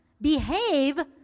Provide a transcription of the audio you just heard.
behave